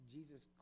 Jesus